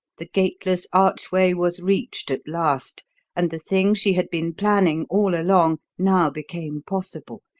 the gateless archway was reached at last and the thing she had been planning all along now became possible.